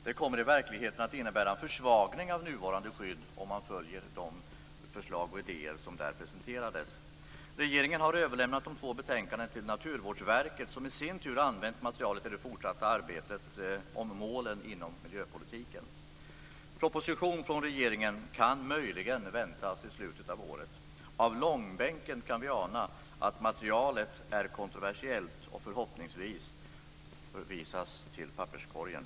Det kommer i verkligheten att innebära en försvagning av nuvarande skydd, om man följer de förslag och idéer som där presenterades. Regeringen har överlämnat de två betänkandena till Naturvårdsverket, som i sin tur har använt materialet i det fortsatta arbetet om målen inom miljöpolitiken. Proposition från regeringen kan möjligen väntas i slutet av året. Av långbänken kan vi ana att materialet är kontroversiellt och förhoppningsvis förvisas till papperskorgen.